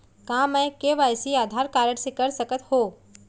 का मैं KYC Aadhaar card से कर सकत हो?